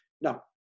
Now